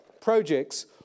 projects